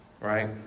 right